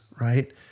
right